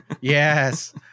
Yes